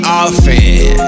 often